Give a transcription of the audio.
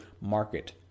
market